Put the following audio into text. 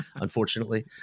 unfortunately